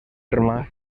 arma